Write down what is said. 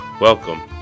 Welcome